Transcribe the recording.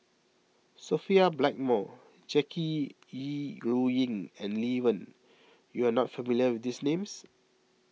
Sophia Blackmore Jackie Yi Ru Ying and Lee Wen you are not familiar with these names